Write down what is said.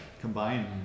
combine